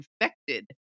infected